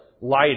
light